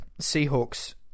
Seahawks